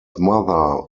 mother